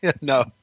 No